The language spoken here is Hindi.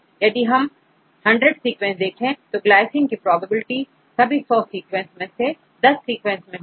यदि हम हंड्रेड सीक्वेंस देखें तो ग्लाइसिन की प्रोबेबिलिटी सभी100 सीक्वेंस में से 10सीक्वेंस मैं होगी